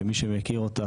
כמי שמכיר אותך,